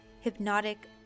Hypnotic